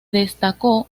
destacó